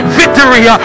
victory